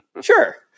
Sure